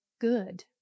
good